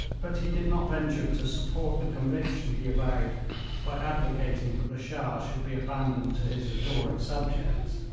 but he did not venture to support the conviction he avowed by advocating that the shah should be abandoned to his adoring subjects.